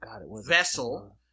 vessel